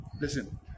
listen